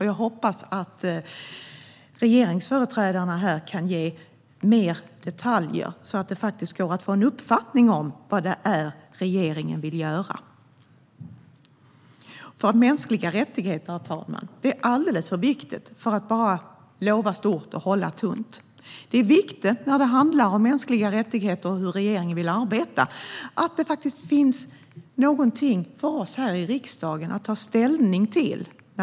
Jag hoppas att regeringsföreträdarna här kan ge mer detaljer, så att det går att få en uppfattning om vad regeringen vill göra. Herr talman! Det är alldeles för viktigt med mänskliga rättigheter för att man ska lova stort och hålla tunt. Det är viktigt, när det handlar om mänskliga rättigheter och om hur regeringen vill arbeta, att det faktiskt finns någonting för oss här i riksdagen att ta ställning till.